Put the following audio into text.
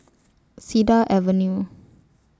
Cedar Avenue